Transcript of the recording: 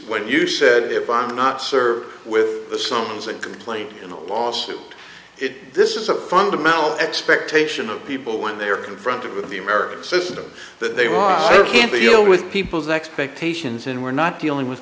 what you said if i'm not served with a summons and complaint in the lawsuit it this is a fundamental expectation of people when they are confronted with the american system that they why can't you go with people's expectations and we're not dealing with